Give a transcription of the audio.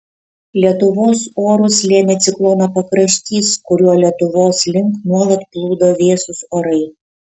lietuvos orus lėmė ciklono pakraštys kuriuo lietuvos link nuolat plūdo vėsūs orai